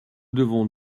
devons